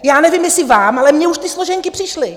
Já nevím, jestli vám, ale mně už ty složenky přišly.